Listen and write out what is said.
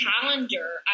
calendar